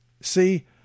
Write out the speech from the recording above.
See